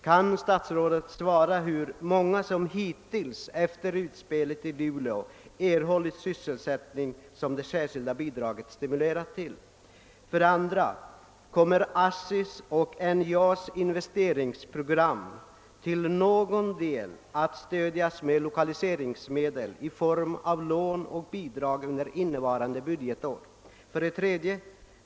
Kan statsrådet svara på hur många som hittills efter utspelet i Luleå erhållit sysselsättning som det särskilda bidraget stimulerat till? 2. Kommer Assis och NJA:s investeringsprogram till någon del att stödjas med lokaliseringsmedel i form av lån och bidrag under innevarande budgetår? 3.